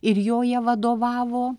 ir joje vadovavo